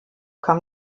kam